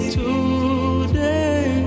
today